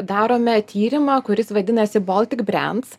darome tyrimą kuris vadinasi baltic brands